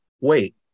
wait